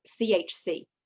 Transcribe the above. CHC